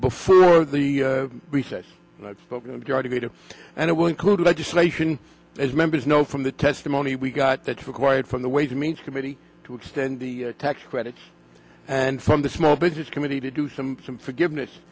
before the recess to go to and it will include legislation as members know from the testimony we got that acquired from the ways and means committee to extend the tax credits and from the small business committee to do some some forgiveness